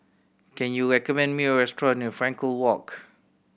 can you recommend me a restaurant near Frankel Walk